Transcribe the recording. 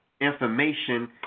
information